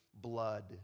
blood